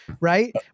Right